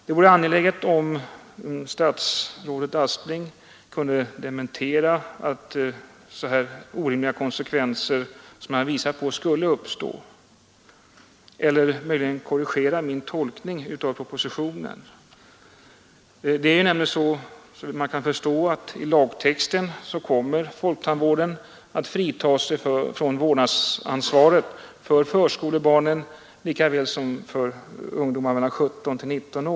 Det vore angeläget om statsrådet Aspling kunde dementera att så här orimliga konsekvenser som jag visat på skulle uppstå eller möjligen korrigera min tolkning av propositionen. Enligt lagen kommer nämligen, såvitt jag förstår, folktandvården att fritas från vårdansvaret för förskolebarnen lika väl som för ungdomar mellan 17 och 19 år.